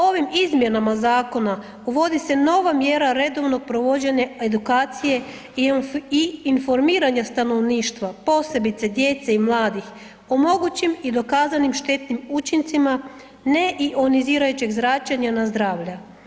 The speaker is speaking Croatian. Ovim izmjenama zakona uvodi se nova mjera redovnog provođenja edukacije i informiranja stanovništva, posebice djece i mladih, o mogućim i dokazanim štetnim učincima neoionizirajućeg zračenja na zdravlje.